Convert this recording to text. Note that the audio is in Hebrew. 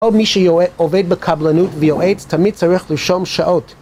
כל מי שעובד בקבלנות ויועץ תמיד צריך לרשום שעות